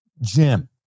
Jim